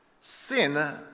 Sin